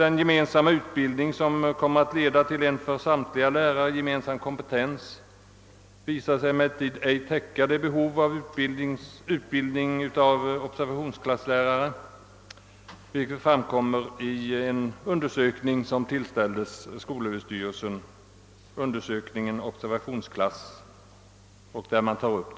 Den gemensamma utbildning som kommer att leda till en för samtliga lärare gemensam kompetens visar sig ej täcka behovet av utbildning av observationsklasslärare vilket framgick av undersökningen Observationsklass, som tillställdes skolöverstyrelsen och där dessa frågor tas upp.